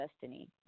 destiny